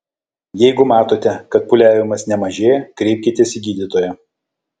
jeigu matote kad pūliavimas nemažėja kreipkitės į gydytoją